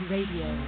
Radio